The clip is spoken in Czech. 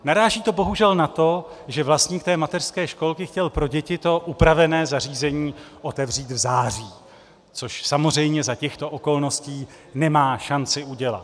Naráží to bohužel na to, že vlastník mateřské školky chtěl pro děti to upravené zařízení otevřít v září, což samozřejmě za těchto okolností nemá šanci udělat.